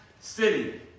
city